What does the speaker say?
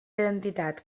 identitat